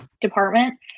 department